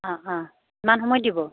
অঁ অঁ কিমান সময়ত দিব